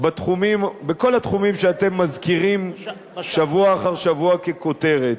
בכל התחומים שאתם מזכירים שבוע אחר שבוע ככותרת,